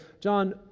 John